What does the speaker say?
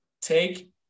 take